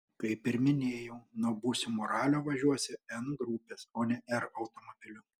kaip ir minėjau nuo būsimo ralio važiuosiu n grupės o ne r automobiliu